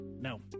No